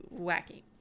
wacky